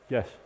Yes